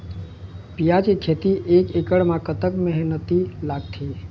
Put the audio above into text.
प्याज के खेती एक एकड़ म कतक मेहनती लागथे?